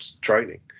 training